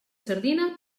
sardina